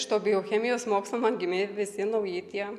šito biochemijos mokslo man gimė visi nauji tie